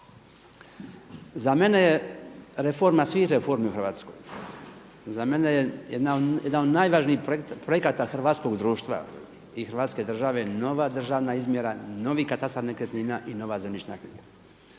Za mene je reforma svih reformi u Hrvatskoj. Za mene je jedan od najvažnijih projekata hrvatskog društva i hrvatske države nova državna izmjera, novi katastar nekretnina i nova zemljišna knjiga.